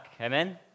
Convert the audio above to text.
amen